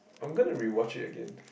I am going to rewatch it again